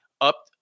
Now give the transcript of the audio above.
up